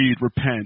repent